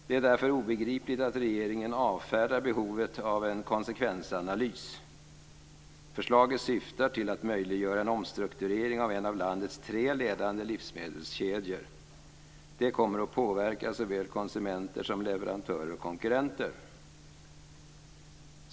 Det är därför obegripligt att regeringen avfärdar behovet av en konsekvensanalys. Förslaget syftar till att möjliggöra en omstrukturering av en av landets tre ledande livsmedelskedjor. Det kommer att påverka såväl konsumenter som leverantörer och konkurrenter.